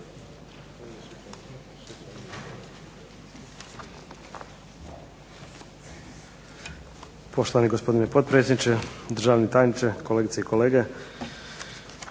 Poštovani gospodine potpredsjedniče, državni tajniče, kolegice i kolege.